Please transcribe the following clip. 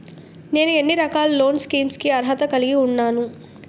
నేను ఎన్ని రకాల లోన్ స్కీమ్స్ కి అర్హత కలిగి ఉన్నాను?